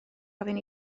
ofyn